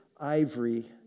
ivory